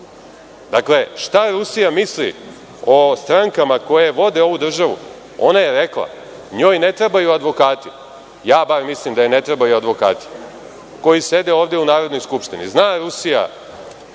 šta Rusija misli o strankama koje vode ovu državu, ona je rekla. Njoj ne trebaju advokati, ja bar mislim da joj ne trebaju advokati koji sede ovde u Narodnoj skupštini. Zna Rusija